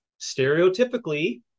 stereotypically